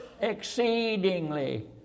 exceedingly